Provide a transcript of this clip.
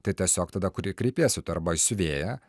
tai tiesiog tada kurį kreipiesi tu arba į siuvėją